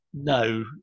no